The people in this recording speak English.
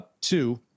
Two